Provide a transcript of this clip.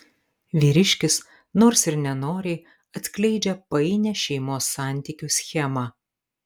vyriškis nors ir nenoriai atskleidžia painią šeimos santykių schemą